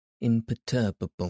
imperturbable